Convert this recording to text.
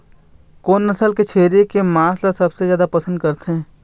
कोन नसल के छेरी के मांस ला सबले जादा पसंद करथे?